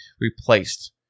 replaced